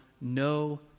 no